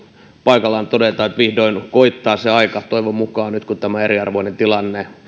paikallaan todeta että vihdoin koittaa se aika toivon mukaan nyt kun tämä eriarvoinen tilanne